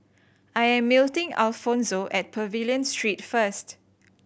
I'm meeting Alfonzo at Pavilion Street first